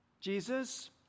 Jesus